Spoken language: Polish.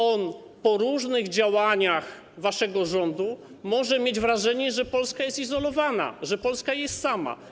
On na podstawie różnych działań waszego rządu może mieć wrażenie, że Polska jest izolowana, że Polska jest sama.